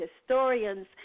historians